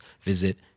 visit